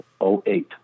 08